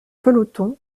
pelotons